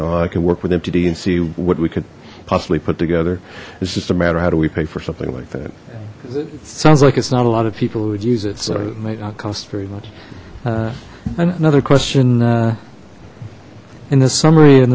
know i can work with mtd and see what we could possibly put together it's just a matter how do we pay for something like that it sounds like it's not a lot of people who would use it so it might not cost very much another question in this summary and